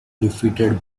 defeated